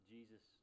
Jesus